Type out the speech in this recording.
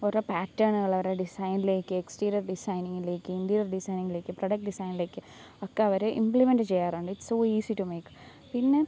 ഓരോ പാറ്റേണുകള് ഓരോ ഡിസൈനിലേക്ക് എക്സ്റ്റീരിയർ ഡിസൈനിങ്ങിലേക്ക് ഇന്റീരിയർ ഡിസൈനിങ്ങിലേക്ക് പ്രൊഡക്ട് ഡിസൈനിലേക്ക് ഒക്കെ അവര് ഇമ്പ്ലിമെന്റ് ചെയ്യാറുണ്ട് it's so easy to make പിന്നെ